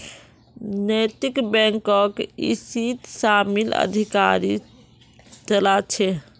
नैतिक बैकक इसीत शामिल अधिकारी चला छे